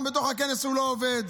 גם בתוך הכנס הוא לא עובד.